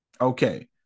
Okay